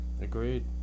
agreed